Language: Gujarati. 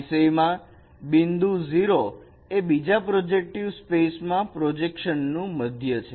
આ વિષયમાં બિંદુ O એ બીજા પ્રોજેક્ટિવ સ્પેસ માં પ્રોજેક્શન નું મધ્ય છે